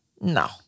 No